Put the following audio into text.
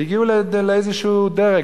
והגיעו לאיזה דרג.